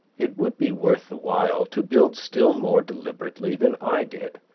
it would be worth the while to build still more deliberately than i did,